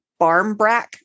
barmbrack